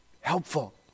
helpful